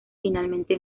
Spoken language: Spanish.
finalmente